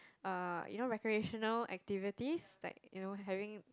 uh you know recreational activities like you know having